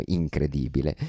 incredibile